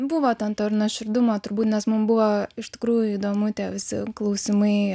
buvo ten to ir nuoširdumo turbūt nes mum buvo iš tikrųjų įdomu tie visi klausimai